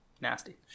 Nasty